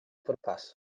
pwrpas